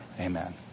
amen